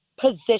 position